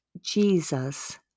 Jesus